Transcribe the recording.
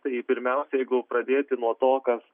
tai pirmiausia jeigu pradėti nuo to kas